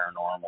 paranormal